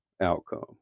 outcome